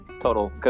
total